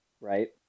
right